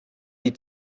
die